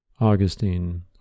Augustine